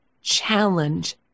challenge